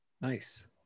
Nice